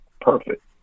perfect